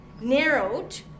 narrowed